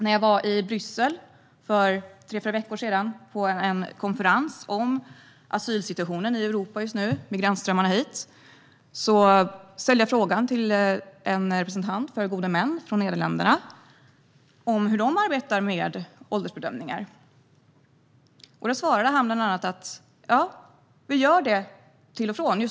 När jag för tre fyra veckor sedan var i Bryssel på en konferens om asylsituationen i Europa just nu - om migrantströmmarna hit - frågade jag en representant för gode män från Nederländerna om hur de arbetar med åldersbedömningar. Han svarade bland annat att de gör åldersbedömningar till och från.